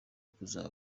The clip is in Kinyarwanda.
kuzaba